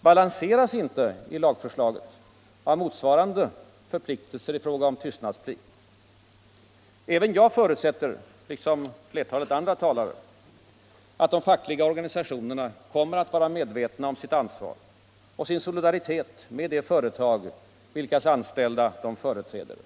balanseras inte i lagförslaget av motsvarande förpliktelser i fråga om tystnadsplikt. Även jag förutsätter — liksom fertalet andra talare — att de fackliga organisationerna kommer att vara medvetna om sitt ansvar och sin solidaritet gentemot de företag vilkas anställda de företräder.